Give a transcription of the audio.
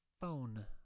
phone